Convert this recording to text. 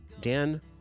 Dan